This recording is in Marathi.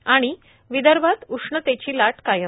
आणि विदर्भात उष्णतेची लाट कायम